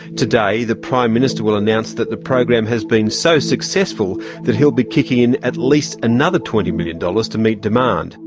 today the prime minister will announce that the program has been so successful that he'll be kicking in at least another twenty million dollars to meet demand.